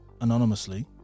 anonymously